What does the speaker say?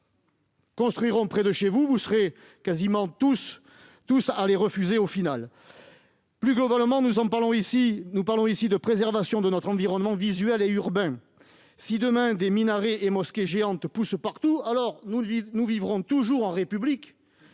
se feront près de chez vous, vous finirez par les refuser. Plus globalement, nous parlons ici de préservation de notre environnement visuel et urbain. Si, demain, des minarets et mosquées géantes poussent partout, nous vivrons toujours en république,